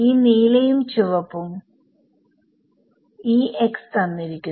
ഈ നീലയും ചുവപ്പും E x തന്നിരിക്കുന്നു